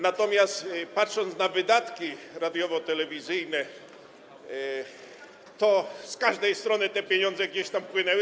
Natomiast patrząc na wydatki radiowo-telewizyjne, z każdej strony te pieniądze gdzieś tam płynęły.